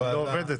ומשפט.